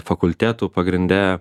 fakultetų pagrinde